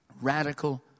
radical